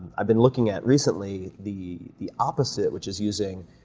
i've been looking at recently the the opposite, which is using